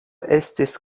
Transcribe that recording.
estis